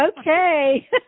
Okay